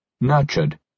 nurtured